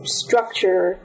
structure